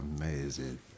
amazing